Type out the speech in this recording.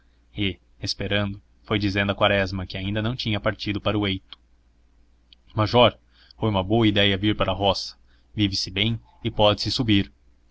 e esperando foi dizendo a quaresma que ainda não tinha partido para o eito major foi uma boa idéia vir para a roça vive se bem e pode-se subir